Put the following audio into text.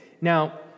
now